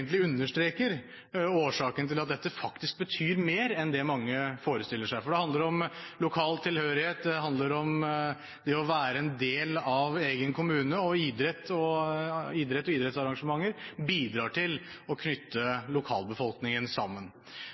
egentlig understreker årsaken til at dette faktisk betyr mer enn det mange forestiller seg. Det handler om lokal tilhørighet, det handler om det å være en del av egen kommune, og idrett og idrettsarrangementer bidrar til å knytte lokalbefolkningen sammen.